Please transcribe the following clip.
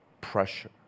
pressure